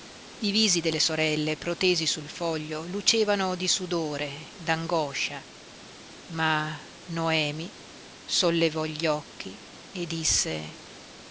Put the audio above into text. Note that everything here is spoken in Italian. i visi delle sorelle protesi sul foglio lucevano di sudore d'angoscia ma noemi sollevò gli occhi e disse